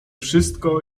wszystko